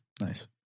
nice